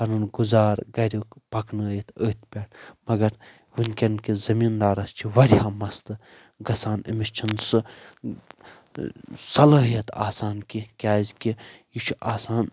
پنُن گُزارٕ گرِیُک پکنٲیِتھ أتھۍ پٮ۪ٹھ مگر وٕنِکیٚن کِس زٔمیٖندارس چھِ وارِیاہ مسلہٕ گَژھان أمس چھنہٕ سُہ صَلٲہیت آسان کینہہ کیازِ کہِ یہِ چھُ آسان